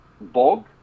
Bog